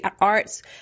arts